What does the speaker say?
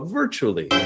virtually